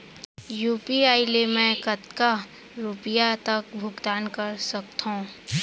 UPI ले मैं कतका रुपिया तक भुगतान कर सकथों